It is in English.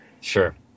Sure